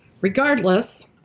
Regardless